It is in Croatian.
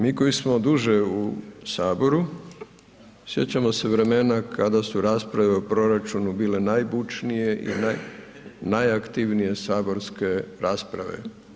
Mi koji smo duže u Saboru, sjećamo se vremena kada su rasprave o proračunu bile najbučnije i najaktivnije saborske rasprave.